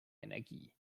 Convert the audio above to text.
energie